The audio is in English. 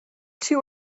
two